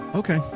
Okay